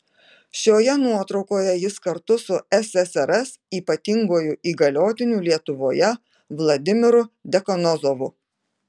šioje nuotraukoje jis kartu su ssrs ypatinguoju įgaliotiniu lietuvoje vladimiru dekanozovu